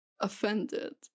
offended